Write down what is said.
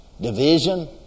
division